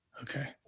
Okay